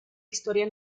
historia